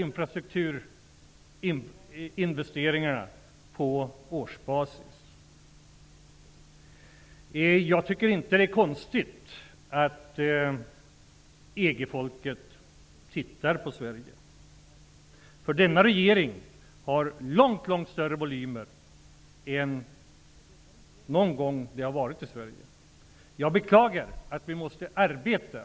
Infrastrukturinvesteringarna har fyrdubblats på årsbasis. Jag tycker inte att det är konstigt att EG-folket tittar på Sverige. Denna regering har långt större volymer att hantera än någonsin i Sverige. Jag beklagar att denna regering måste arbeta